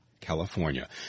California